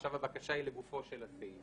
עכשיו הבקשה היא לגופו של הסעיף.